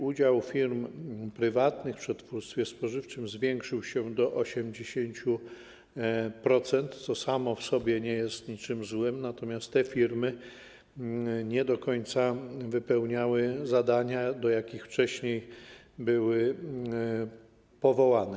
Udział firm prywatnych w przetwórstwie spożywczym zwiększył się do 80%, co samo w sobie nie jest niczym złym, natomiast te firmy nie do końca wypełniały zadania, do jakich wcześniej były powołane.